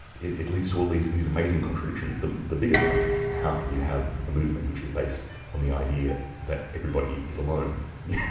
it it leads to all these amazing contradictions. the the biggest one is how can you have a movement which is based on the idea that everybody is alone? yeah